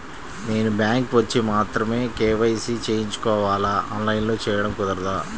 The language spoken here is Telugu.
నేను బ్యాంక్ వచ్చి మాత్రమే కే.వై.సి చేయించుకోవాలా? ఆన్లైన్లో చేయటం కుదరదా?